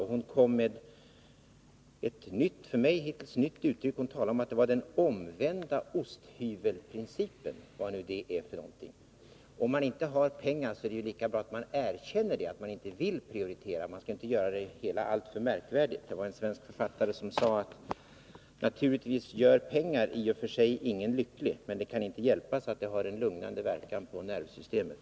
Hon använde ett för mig helt nytt uttryck —- hon talade om den omvända osthyvelsprincipen, vad nu det är för någonting. Om man inte har pengar är det ju lika bra att man erkänner att man inte vill prioritera. Man skall inte göra det hela alltför märkvärdigt. Det var en svensk författare som sade: Naturligtvis gör pengar i och för sig ingen lycklig. Men det kan inte hjälpas att de har en lugnande verkan på nervsystemet.